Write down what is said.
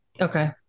Okay